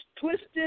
twisted